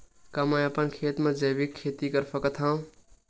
का मैं अपन खेत म जैविक खेती कर सकत हंव?